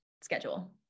schedule